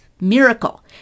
Miracle